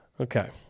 Okay